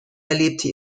erlebte